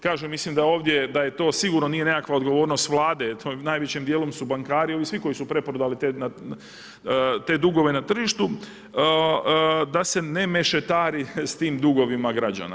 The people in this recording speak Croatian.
Kažem, mislim da ovdje, da je to sigurno nije nekakva odgovornost Vlade, to najvećim dijelom su bankari, ovi svi koji su preprodali te dugove na tržištu da se ne mešetari sa tim dugovima građana.